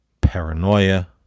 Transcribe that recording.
paranoia